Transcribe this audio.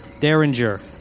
Derringer